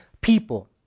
people